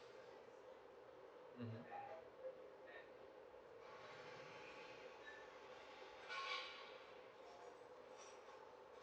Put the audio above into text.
uh mm